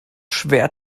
schwer